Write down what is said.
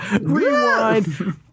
Rewind